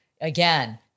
again